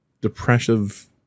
depressive